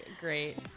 great